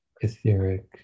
etheric